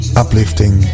uplifting